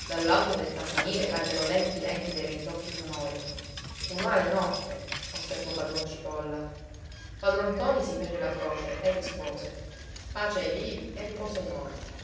dall'alto del campanile caddero lenti lenti dei rintocchi sonori un'ora di notte osservò padron cipolla padron ntoni si fece la croce e rispose pace ai vivi e riposo ai morti